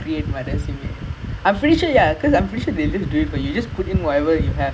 honestly I mean you you take down we we just try